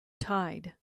tide